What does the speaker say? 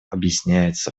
объясняется